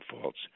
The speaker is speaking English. faults